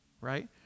right